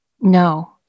No